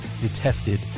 detested